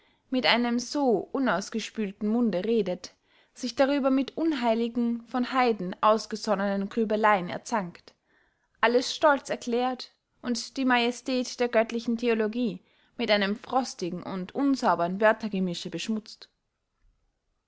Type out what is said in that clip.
mit einem so unausgespühlten munde redet sich darüber mit unheiligen von heiden ausgesonnenen grübeleyen erzankt alles stolz erklärt und die majestät der göttlichen theologie mit einem frostigen und unsaubern wörtergemische beschmutzt